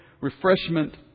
refreshment